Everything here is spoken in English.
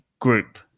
Group